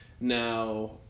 now